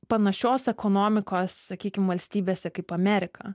panašios ekonomikos sakykim valstybėse kaip amerika